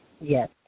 Yes